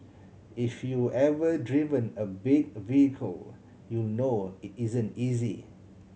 if you ever driven a big vehicle you know it isn't easy